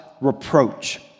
reproach